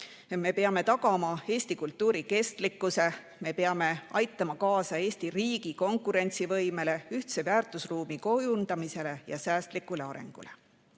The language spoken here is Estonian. Me peame tagama eesti kultuuri kestlikkuse, me peame aitama kaasa Eesti riigi konkurentsivõimele, ühtse väärtusruumi kujundamisele ja säästlikule arengule.